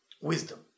wisdom